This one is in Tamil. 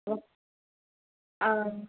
ஓ ஆ